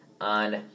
on